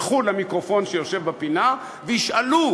ילכו למיקרופון בפינה וישאלו,